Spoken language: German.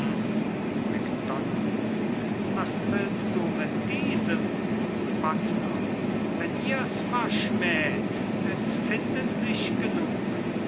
macdonald was willst du mit diesem buttler wenn ihrs verschmäht es finden sich genug